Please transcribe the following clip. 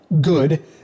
good